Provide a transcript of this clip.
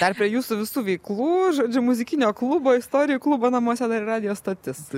dar prie jūsų visų veiklų žodžiu muzikinio klubo istorijoj klubo namuose dar ir radijo stotis